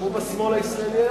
גם הוא בשמאל הישראלי היום?